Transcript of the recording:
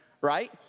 right